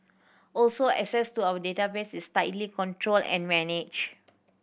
also access to our database is tightly controlled and managed